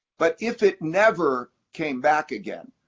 but if it never came back again,